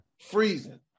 Freezing